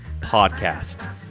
podcast